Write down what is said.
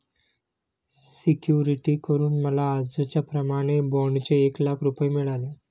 security करून मला आजच्याप्रमाणे बाँडचे एक लाख रुपये मिळाले